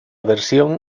versión